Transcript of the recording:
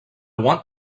want